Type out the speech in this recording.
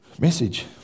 message